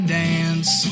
dance